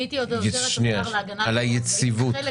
הייתי עוזרת השר להגנת העורף והייתי חלק